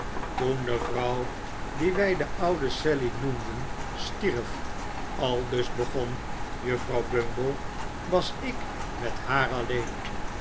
de vrouw die wij de oude sally noemden stierf aldus begon juffrouw bumble was ik met haar alleen